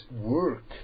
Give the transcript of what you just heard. work